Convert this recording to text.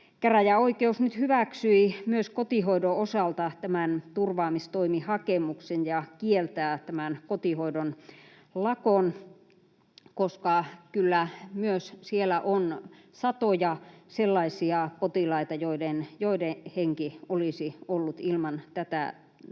käräjäoikeus nyt hyväksyi myös kotihoidon osalta turvaamistoimihakemuksen ja kieltää tämän kotihoidon lakon, koska kyllä myös siellä on satoja sellaisia potilaita, joiden henki olisi ollut ilman tätä toimea